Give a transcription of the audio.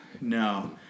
no